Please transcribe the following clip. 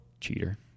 cheater